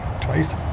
Twice